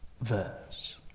verse